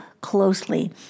closely